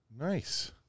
Nice